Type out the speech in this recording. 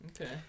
Okay